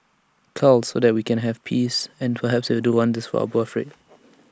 cull so that we can have peace and perhaps it'll do wonders for our birthrate